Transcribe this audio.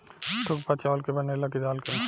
थुक्पा चावल के बनेला की दाल के?